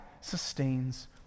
sustains